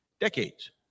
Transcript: decades